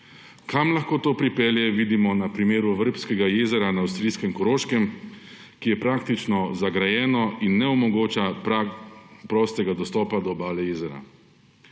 Kam lahko to pripelje, vidimo na primeru Vrbskega jezera na avstrijsko Koroškem, ki je praktično zagrajeno in ne omogoča prostega dostopa do obale jezera.